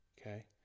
Okay